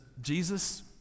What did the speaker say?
Jesus